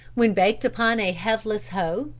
when baked upon a helveless hoe,